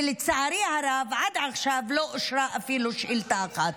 ולצערי הרב עד עכשיו לא אושרה אפילו שאילתה אחת.